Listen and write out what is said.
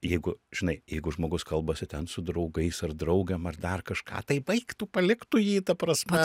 jeigu žinai jeigu žmogus kalbasi ten su draugais ar draugėm ar dar kažką tai baik tu palik tu jį ta prasme